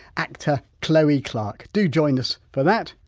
actor chloe clark! do join us for that.